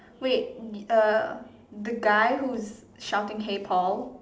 wait uh the guy who's shouting hey Paul